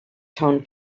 tone